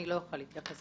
אני לא אוכל להתייחס